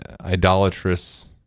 idolatrous